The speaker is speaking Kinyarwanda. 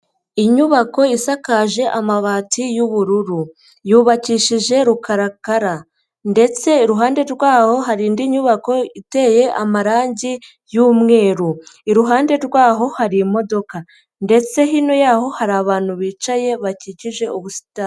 Inyubako isakaje amabati y'ubururu, yubakishije rukarakara ndetse iruhande rw'aho hari indi nyubako iteye amarangi y'imweru, iruhande rw'aho hari imodoka ndetse hino y'aho hari abantu bicaye bakikije ubusitani.